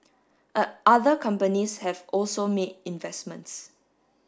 other companies have also made investments